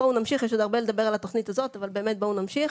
יש עוד הרבה לדבר על התוכנית הזאת אבל באמת בואו נמשיך.